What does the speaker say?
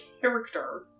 character